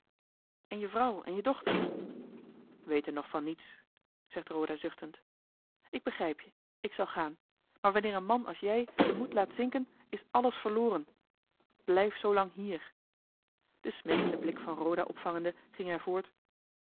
en je vrouw en je dochter weten nog niets zegt roda zuchtend ik begrijp je ik zal gaan maar wanneer een man als jij den moed laat zinken is alles verloren blijf zoolang hier den smeekenden blik van roda opvangende ging hij voort